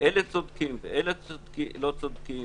אלה צודקים ואלא לא צודקים.